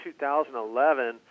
2011